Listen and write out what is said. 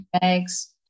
Thanks